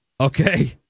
Okay